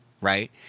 right